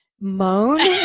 moan